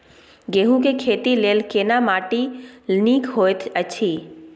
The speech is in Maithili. गेहूँ के खेती लेल केना माटी नीक होयत अछि?